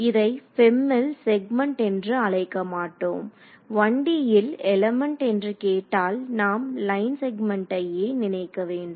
இதை FEM ல் segment என்று அழைக்க மாட்டோம் 1D ல் எலிமெண்ட் என்று கேட்டால் நாம் லைன் செக்மென்ட்டையே நினைக்க வேண்டும்